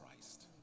Christ